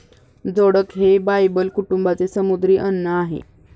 जोडक हे बायबल कुटुंबाचे समुद्री अन्न आहे